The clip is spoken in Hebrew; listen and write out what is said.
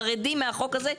חרדים מהחוק הזה.